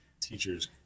teachers